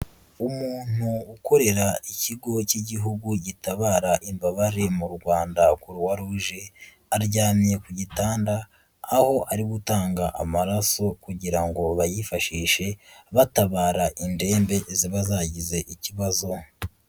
Umuntu ukorera ikigo cy'igihugu gitabara imbabare mu Rwanda Croix rouge, aryamye ku gitanda, aho ari gutanga amaraso kugira ngo bayifashishe batabara indembe ziba zagize ikibazo.